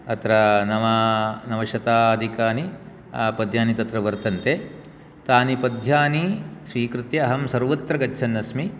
अत्र नव नवशताधिकानि पद्यानि तत्र वर्तन्ते तानि पध्यानि स्वीकृत्य अहं सर्वत्र गच्छन्नस्मि